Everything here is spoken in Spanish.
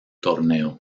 torneo